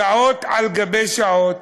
שעות על גבי שעות,